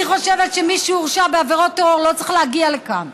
אני חושבת שמי שהורשע בעבירות טרור לא צריך להגיע לכאן,